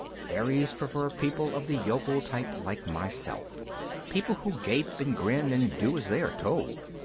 fairies prefer people of the yokel type like myself people who gape and grin and do as they are told.